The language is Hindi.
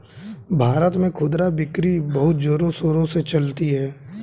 भारत में खुदरा बिक्री बहुत जोरों शोरों से चलती है